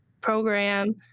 program